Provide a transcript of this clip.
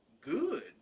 good